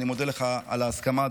ואני מודה לך על ההסכמה,